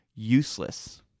useless